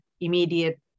immediate